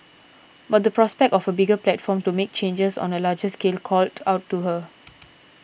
but the prospect of a bigger platform to make changes on a larger scale called out to her